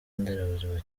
nderabuzima